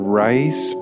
rice